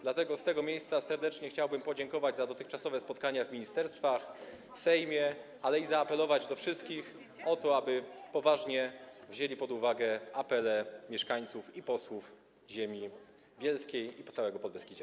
Dlatego z tego miejsca chciałbym serdecznie podziękować za dotychczasowe spotkania w ministerstwach i w Sejmie, ale i zaapelować do wszystkich o to, aby poważnie wzięli pod uwagę apele mieszkańców i posłów ziemi bielskiej i całego Podbeskidzia.